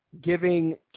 giving